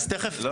לא,